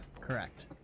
Correct